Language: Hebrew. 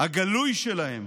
הגלוי שלהם